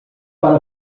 para